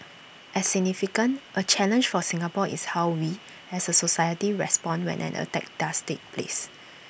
as significant A challenge for Singapore is how we as A society respond when an attack does take place